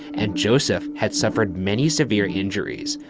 and joseph had suffered many severe injuries.